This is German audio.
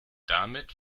damit